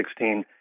2016